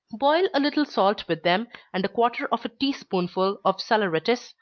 boil a little salt with them, and a quarter of a tea spoonful of saleratus,